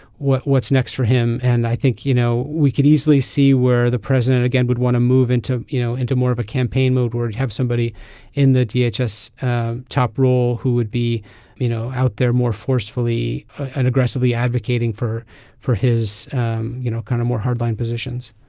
what's next for him and i think you know we could easily see where the president again would want to move into you know into more of a campaign mode where he'd have somebody in the dhs yeah top top role who would be you know out there more forcefully and aggressively advocating for for his you know kind of more hardline positions.